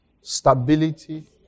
Stability